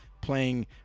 playing